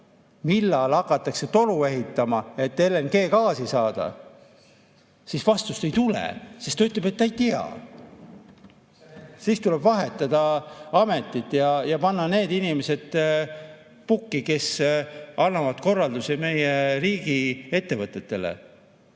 millal hakatakse toru ehitama, et LNG-gaasi saada, siis vastust ei tule. Ta ütleb, et ta ei tea. Siis tuleb vahetada ametit ja panna need inimesed pukki, kes annavad korraldusi meie riigiettevõtetele.